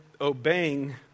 obeying